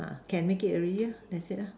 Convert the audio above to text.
can make it already ya that's it lah